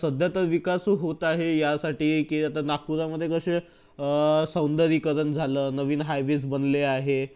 सध्या तर विकास होत आहे यासाठी की आता नागपूरमधे कसे सौंदर्यीकरण झालं नवीन हायवेज बनले आहे